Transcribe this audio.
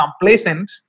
complacent